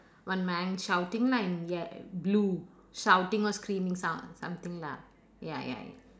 one man shouting like ye~ blue shouting or screaming sound something lah ya ya ya